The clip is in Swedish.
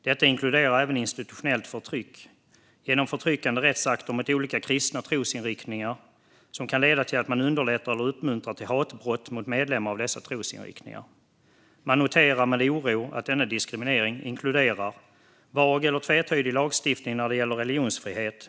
Det inkluderar även institutionellt förtryck genom förtryckande rättsakter mot olika kristna trosinriktningar, vilket kan underlätta och uppmuntra till hatbrott mot medlemmar av dessa trosinriktningar. Man noterar med oro att denna diskriminering inkluderar vag eller tvetydig lagstiftning när det gäller religionsfrihet.